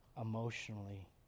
emotionally